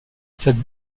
cette